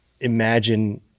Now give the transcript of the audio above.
imagine